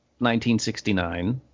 1969